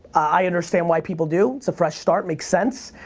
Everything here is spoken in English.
i understand why people do, it's a fresh start, makes sense.